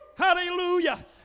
Hallelujah